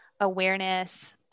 awareness